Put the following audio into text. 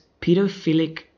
pedophilic